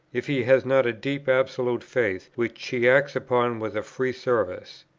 if he has not a deep absolute faith, which he acts upon with a free service?